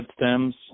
stems